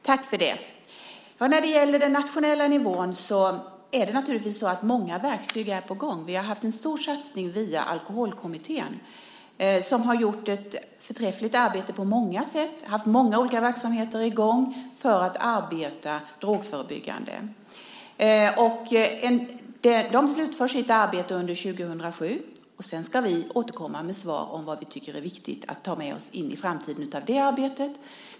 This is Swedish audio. Fru talman! När det gäller den nationella nivån är många verktyg naturligtvis på gång. Vi har haft en stor satsning via Alkoholkommittén som har gjort ett förträffligt arbete på många sätt och haft många olika verksamheter i gång för att arbeta drogförebyggande. Alkoholkommittén slutför sitt arbete under 2007. Sedan ska vi återkomma med svar om vad vi tycker är viktigt att ta med oss in i framtiden av det arbetet.